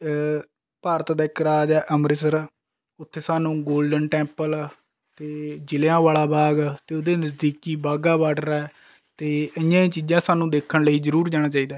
ਭਾਰਤ ਦਾ ਇੱਕ ਰਾਜ ਹੈ ਅੰਮ੍ਰਿਤਸਰ ਉੱਥੇ ਸਾਨੂੰ ਗੋਲਡਨ ਟੈਂਪਲ ਅਤੇ ਜਲ੍ਹਿਆਂ ਵਾਲਾ ਬਾਗ ਅਤੇ ਉਹਦੇ ਨਜ਼ਦੀਕ ਹੀ ਵਾਘਾ ਬਾਰਡਰ ਹੈ ਅਤੇ ਇਹੋ ਜਿਹੀਆਂ ਚੀਜ਼ਾਂ ਸਾਨੂੰ ਦੇਖਣ ਲਈ ਜ਼ਰੂਰ ਜਾਣਾ ਚਾਹੀਦਾ ਹੈ